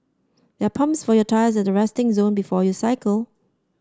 there are pumps for your tyres at the resting zone before you cycle